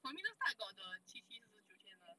for me last time I got the 七七四十九天嘛